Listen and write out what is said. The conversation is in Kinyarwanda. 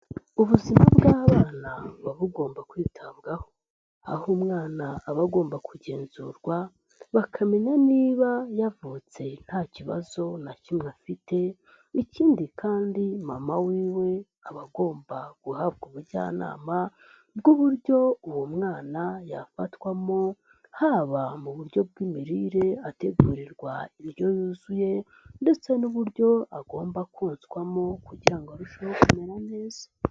Ubuzima bw'abana buba bugomba kwitabwaho aho umwana aba agomba kugenzurwa bakamenya niba yavutse nta kibazo na kimwe afite ikindi kandi mama wiwe aba agomba guhabwa ubujyanama bw'uburyo uwo mwana yafatwamo haba mu buryo bw'imirire ategurirwa indyo yuzuye ndetse n'uburyo agomba koswamo kugira ngo arusheho kumera neza.